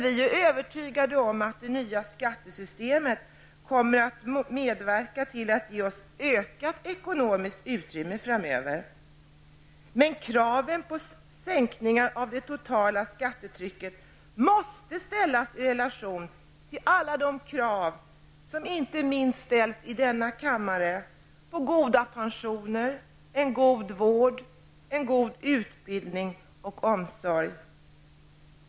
Vi är övertygade om att det nya skattesystemet kommer att medverka till att det blir ett ökat ekonomiskt utrymme framöver. Men kraven på en sänkning av det totala skattetrycket måste ses i relation till alla krav -- inte minst gäller det krav som ställs här i kammaren -- på goda pensioner, på en god vård samt på en god utbildning och omsorg.